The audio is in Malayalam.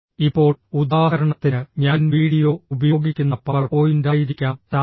ഇപ്പോൾ ഉദാഹരണത്തിന് ഞാൻ വീഡിയോ ഉപയോഗിക്കുന്ന പവർ പോയിന്റായിരിക്കാം ചാനൽ